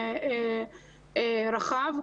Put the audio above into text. רחב.